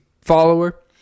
follower